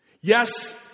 Yes